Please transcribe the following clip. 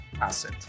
asset